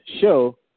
show